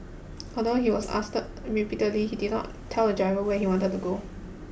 although he was asked repeatedly he did not tell the driver where he wanted to go